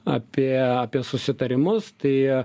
apie apie susitarimus tai